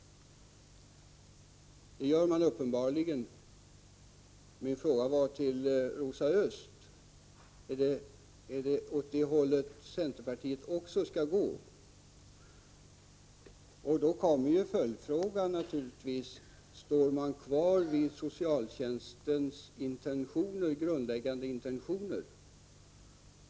— Det gör ni uppenbarligen. Min fråga till Rosa Östh var: Är det åt det hållet också centerpartiet skall gå? Då kommer naturligtvis följdfrågan: Står ni kvar vid socialtjänstlagens grundläggande intentioner?